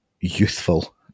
youthful